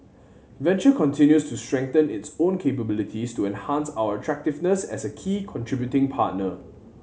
venture continues to strengthen its own capabilities to enhance our attractiveness as a key contributing partner